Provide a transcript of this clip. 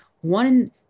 one